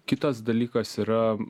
kitas dalykas yra